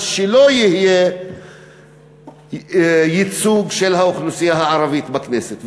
אז שלא יהיה ייצוג של האוכלוסייה הערבית בכנסת,